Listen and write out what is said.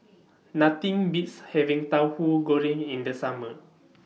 Nothing Beats having Tauhu Goreng in The Summer